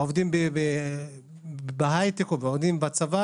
עובדי הייטק או צבא